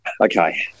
Okay